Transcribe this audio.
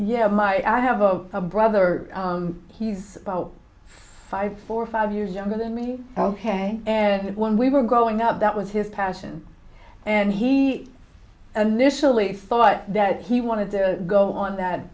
yeah my i have a brother he's about five four or five years younger than me ok and when we were growing up that was his passion and he initially thought that he wanted to go on that